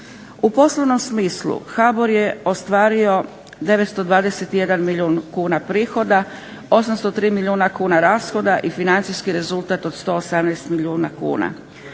U poslovnom smislu HBOR je ostvario 921 milijun kuna prihoda, 803 milijuna kuna rashoda i financijski rezultat od 118 milijuna kuna.